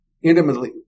intimately